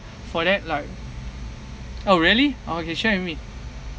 for that like oh really okay share with me